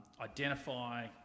identify